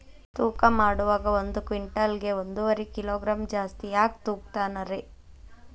ತೂಕಮಾಡುವಾಗ ಒಂದು ಕ್ವಿಂಟಾಲ್ ಗೆ ಒಂದುವರಿ ಕಿಲೋಗ್ರಾಂ ಜಾಸ್ತಿ ಯಾಕ ತೂಗ್ತಾನ ರೇ?